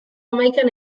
hamaikan